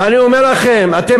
ואני אומר לכם: אתם,